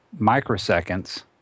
microseconds